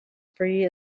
free